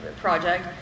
project